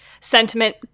sentiment